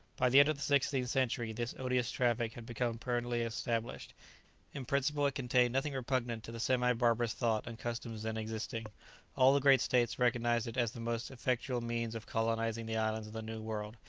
by the end of the sixteenth century this odious traffic had become permanently established in principle it contained nothing repugnant to the semi-barbarous thought and customs then existing all the great states recognized it as the most effectual means of colonizing the islands of the new world,